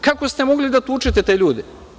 Kako ste mogli da tučete te ljude?